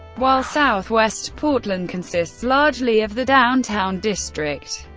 while southwest portland consists largely of the downtown district,